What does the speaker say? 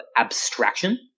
abstraction